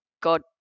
God